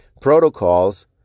protocols